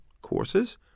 courses